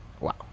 wow